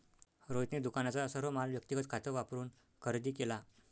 रोहितने दुकानाचा सर्व माल व्यक्तिगत खात वापरून खरेदी केला